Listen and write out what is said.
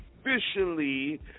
officially